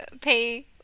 pay